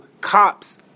cops